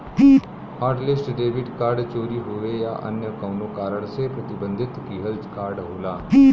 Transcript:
hotlist debit card चोरी होये या अन्य कउनो कारण से प्रतिबंधित किहल कार्ड होला